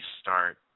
start